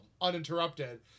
uninterrupted